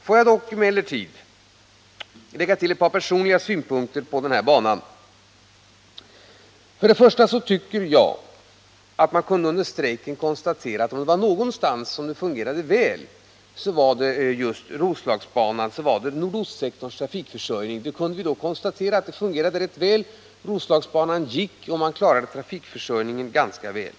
Låt mig emellertid lägga till ett par personliga synpunkter på den här banan. För det första tycker jag att man kunde under strejken konstatera att om det var någonting som fungerade väl så var det nordostsektorns trafikförsörjning. Roslagsbanan gick, och man klarade trafiken ganska väl.